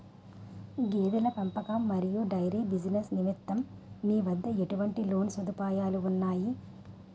గేదెల పెంపకం మరియు డైరీ బిజినెస్ నిమిత్తం మీ వద్ద ఎటువంటి లోన్ సదుపాయాలు ఉన్నాయి?